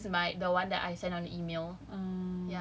yes this is my the one I send on email